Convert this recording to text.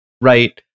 right